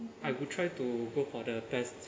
I will try to go for the pass~